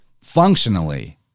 functionally